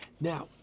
Now